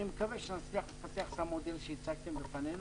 אני מקווה שנצליח לפתח את המודל שהצגתם בפנינו,